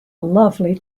lovely